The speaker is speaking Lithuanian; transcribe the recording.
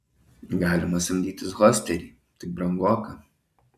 galima samdytis hosterį tik brangoka